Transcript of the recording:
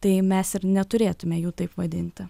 tai mes ir neturėtume jų taip vadinti